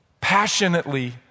Passionately